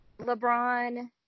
LeBron